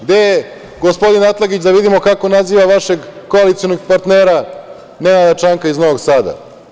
Gde je gospodin Atlagić, da vidimo kako naziva vašeg koalicionog partnera Nenada Čanka iz Novog Sada.